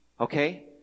Okay